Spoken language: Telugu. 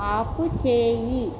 ఆపుచేయి